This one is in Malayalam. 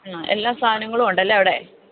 ആ എല്ലാ സാധനങ്ങളും ഉണ്ടല്ലേ അവിടെ